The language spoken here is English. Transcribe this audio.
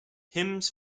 hymns